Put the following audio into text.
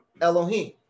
Elohim